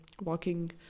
walking